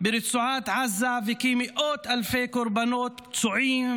ברצועת עזה ומאות אלפי קורבנות פצועים ועקורים,